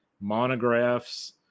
monographs